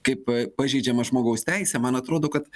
kaip pažeidžiamą žmogaus teisę man atrodo kad